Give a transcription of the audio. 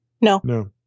No